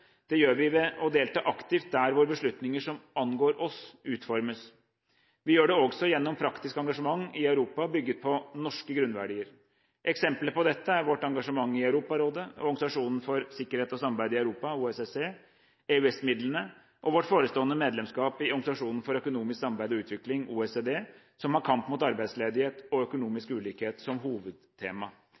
Det gjør vi ved å delta aktivt der hvor beslutninger som angår oss, utformes. Vi gjør det også gjennom praktisk engasjement i Europa bygget på norske grunnverdier. Eksempler på dette er vårt engasjement i Europarådet, Organisasjonen for sikkerhet og samarbeid i Europa – OSSE – EØS-midlene og vårt forestående formannskap i Organisasjonen for økonomisk samarbeid og utvikling – OECD – som har kamp mot arbeidsledighet og økonomisk ulikhet som hovedtema.